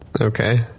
Okay